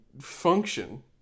function